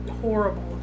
horrible